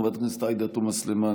חברת הכנסת עאידה תומא סלימאן,